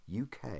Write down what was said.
UK